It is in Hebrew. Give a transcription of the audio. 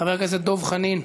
חבר הכנסת דב חנין.